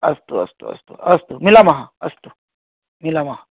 अस्तु अस्तु अस्तु अस्तु मिलाम अस्तु मिलाम